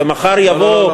ומחר יבואו,